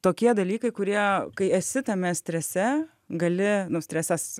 tokie dalykai kurie kai esi tame strese gali nu stresas